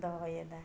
ᱫᱚᱦᱚᱭᱮᱫᱟ